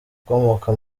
ukomoka